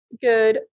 good